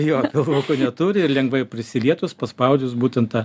jo pilvuko neturi ir lengvai prisilietus paspaudus būtent tą